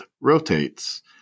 rotates